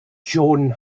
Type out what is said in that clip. joan